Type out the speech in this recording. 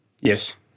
yes